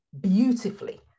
beautifully